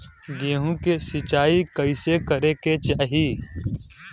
गेहूँ के सिंचाई कइसे करे के चाही?